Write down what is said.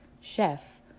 Chef